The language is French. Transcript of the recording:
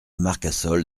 marcassol